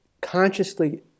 consciously